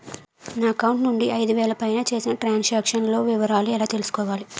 నా అకౌంట్ నుండి ఐదు వేలు పైన చేసిన త్రం సాంక్షన్ లో వివరాలు ఎలా తెలుసుకోవాలి?